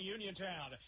Uniontown